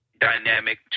dynamic